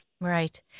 Right